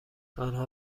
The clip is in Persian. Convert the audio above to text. آنها